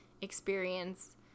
experience